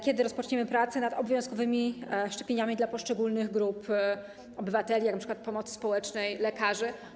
Kiedy rozpoczniemy prace nad obowiązkowymi szczepieniami dla poszczególnych grup obywateli, jak np. pomocy społecznej, lekarzy?